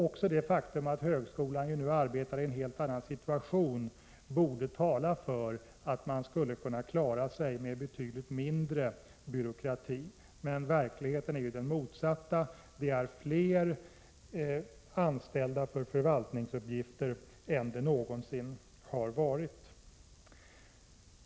Också det faktum att högskolan nu arbetar i en helt annan situation borde tala för att den nu skulle kunna klara sig med en betydligt mindre byråkrati. Men verkligheten är den motsatta: man har fler anställda för förvaltningsuppgifter än man någonsin har haft.